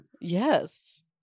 Yes